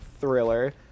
thriller